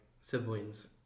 siblings